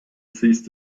ceased